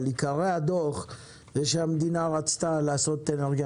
עיקרי הדו"ח זה שהמדינה רצתה לעשות אנרגיה